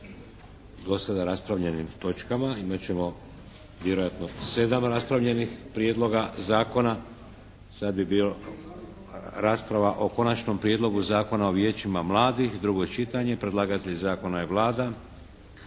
dosada raspravljanim točkama. Imat ćemo vjerojatno 7 raspravljenih prijedloga zakona. Sad bi bio rasprava o – 7. Konačni prijedlog Zakona o Vijećima mladih, drugo čitanje P.Z. br. 537 Predlagatelj Zakona je Vlada.